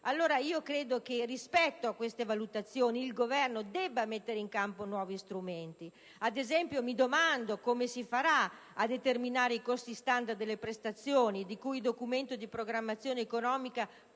allora che rispetto a queste valutazioni il Governo debba mettere in campo nuovi strumenti. Ad esempio, mi domando come si farà a determinare i costi standard delle prestazioni, di cui il DPEF parla solo nel capitolo